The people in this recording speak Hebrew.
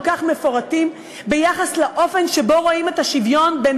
כך מפורטים ביחס לאופן שבו רואים את השוויון בין